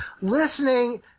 Listening